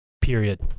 period